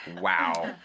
Wow